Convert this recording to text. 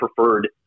preferred